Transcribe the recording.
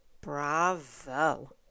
bravo